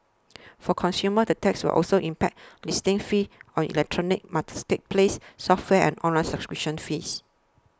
for consumers the tax will also impact listing fees on electronic marketplaces software and online subscription fees